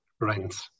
rents